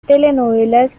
telenovelas